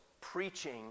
preaching